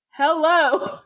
Hello